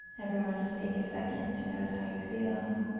everyone just take a second to notice how you feel.